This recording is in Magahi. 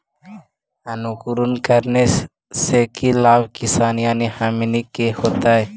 अंकुरण करने से की लाभ किसान यानी हमनि के होतय?